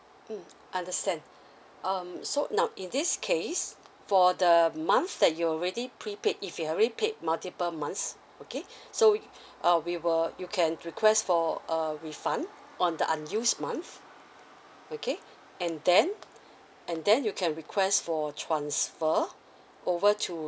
mm understand um so now in this case for the months that you already prepaid if you already paid multiple months okay so we err we will you can request for a refund on the unused month okay and then and then you can request for transfer over to